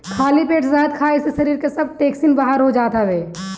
खाली पेट शहद खाए से शरीर के सब टोक्सिन बाहर हो जात हवे